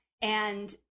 and-